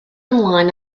ymlaen